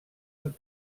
amb